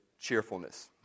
cheerfulness